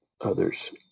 others